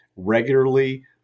Regularly